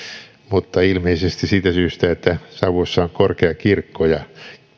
mutta ilmeisesti siitä syystä että sauvossa on korkea kirkko ja